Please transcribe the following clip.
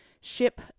ship